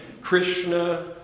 Krishna